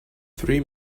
three